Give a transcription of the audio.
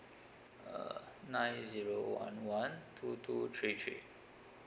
uh nine zero one one two two three three